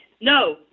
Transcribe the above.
No